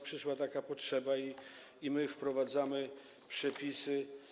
Przyszła taka potrzeba i my wprowadzamy te przepisy.